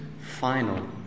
final